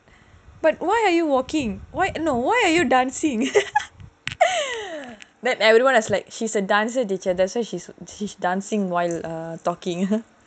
but why are you walking no why are you dancing then everyone was like she's a dancer teacher that's why she is dancing while talking